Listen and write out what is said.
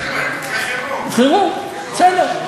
מקרה חירום.